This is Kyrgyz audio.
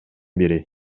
бири